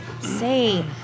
say